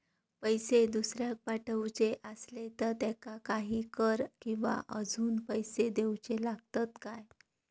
पैशे दुसऱ्याक पाठवूचे आसले तर त्याका काही कर किवा अजून पैशे देऊचे लागतत काय?